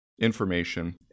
information